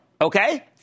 Okay